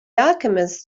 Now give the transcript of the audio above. alchemist